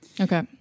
Okay